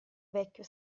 vecchio